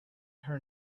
her